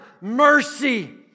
mercy